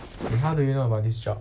how do you know about this job